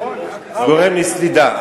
גורם לי סלידה.